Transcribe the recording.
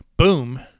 Boom